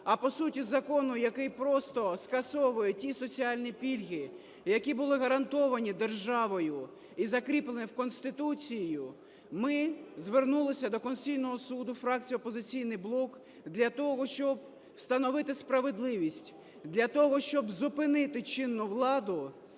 а по суті закону, який просто скасовує ті соціальні пільги, які були гарантовані державою і закріплені Конституцією, ми звернулися до Конституційного Суду, фракція "Опозиційний блок", для того, щоб встановити справедливість, для того, щоб зупинити чинну владу